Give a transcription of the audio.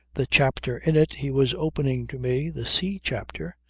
the chapter in it he was opening to me, the sea-chapter,